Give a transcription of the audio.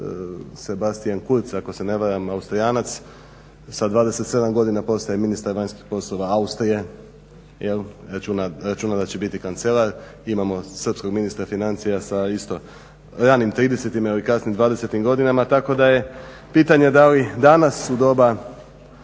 Sebastian Kurz ako se ne varam Austrijanac sa 27 godina postaje ministar vanjskih poslova Austrije, računa da će biti kancelar. Imamo srpskog ministra financija sa ranim 30-im ili kasnim 20-im godina tako da je pitanje da li danas u doba